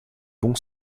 bon